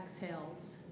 exhales